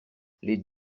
les